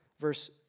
Verse